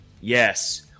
Yes